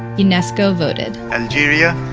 unesco voted algeria,